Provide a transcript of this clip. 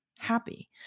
happy